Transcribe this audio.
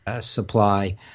supply